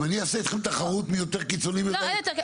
אם אני אעשה אתכם תחרות מי יותר קיצוני אני יודע להיות יותר.